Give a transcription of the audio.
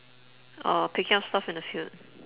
or picking up stuff in the field